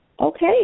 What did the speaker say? Okay